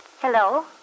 Hello